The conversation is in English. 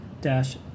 dash